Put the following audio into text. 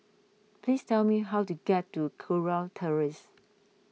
please tell me how to get to Kurau Terrace